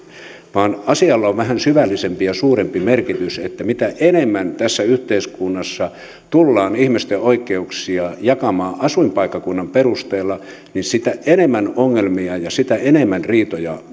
vaan asialla on vähän syvällisempi ja suurempi merkitys mitä enemmän tässä yhteiskunnassa tullaan ihmisten oikeuksia jakamaan asuinpaikkakunnan perusteella sitä enemmän ongelmia ja sitä enemmän riitoja